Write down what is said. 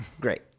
Great